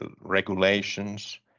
regulations